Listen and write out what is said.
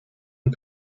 and